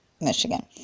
Michigan